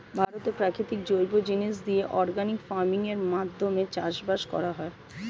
ভারতে প্রাকৃতিক জৈব জিনিস দিয়ে অর্গানিক ফার্মিং এর মাধ্যমে চাষবাস করা হয়